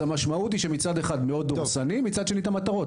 אז המשמעות היא שמצד אחד זה מאוד דורסני ומצד שני את המטרות,